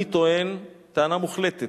אני טוען טענה מוחלטת,